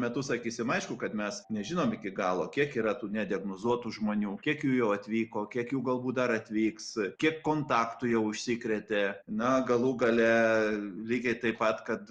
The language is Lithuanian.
metu sakysim aišku kad mes nežinom iki galo kiek yra tų nediagnozuotų žmonių kiek jų jau atvyko kiek jų galbūt dar atvyks kiek kontaktų jau užsikrėtė na galų gale lygiai taip pat kad